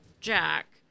Jack